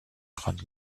grande